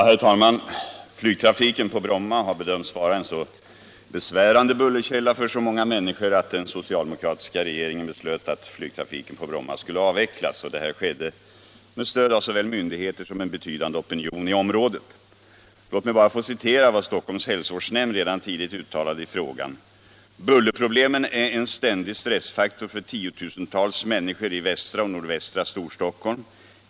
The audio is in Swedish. Herr talman! Flygtrafiken på Bromma har bedömts vara en så besvärande bullerkälla för så många människor att den socialdemokratiska regeringen beslöt att denna flygtrafik skulle avvecklas. Detta skedde med stöd av såväl myndigheter som en betydande opinion i området. Låt mig bara få citera vad Stockholms hälsovårdsnämnd redan tidigt uttalade i frågan: ”Bullerproblemen är en ständig stressfaktor för 10 000-tals människor i västra och nordvästra Storstockholm.